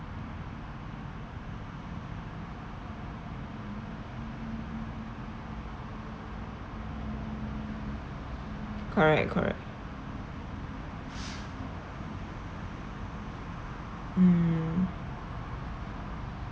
correct correct mm